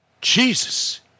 Jesus